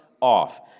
off